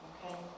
Okay